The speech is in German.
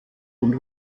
und